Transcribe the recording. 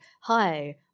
hi